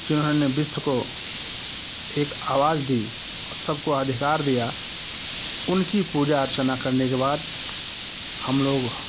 जिन्होंने विश्व को एक आवाज दी और सबको अधिकार दिया उनकी पूजा अर्चना करने के बाद हम लोग